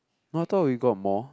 no I thought we got more